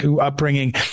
upbringing